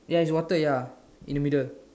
ya is water ya in the middle